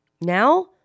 Now